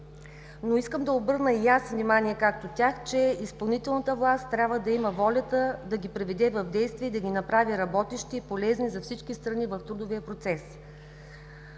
но искам да обърна и аз внимание, както тях, че изпълнителната власт трябва да има волята да ги преведе в действие и да ги направи работещи и полезни за всички страни в трудовия процес.